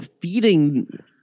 feeding